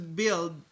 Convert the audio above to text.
build